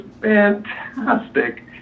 fantastic